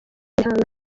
bihangano